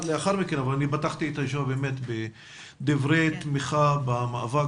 פתחתי את הישיבה בדברי תמיכה במאבק